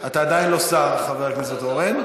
אתה עדיין לא שר, חבר הכנסת אורן.